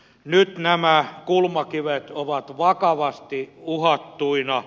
nyt nämä kulmakivet ovat vakavasti uhattuina